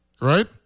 right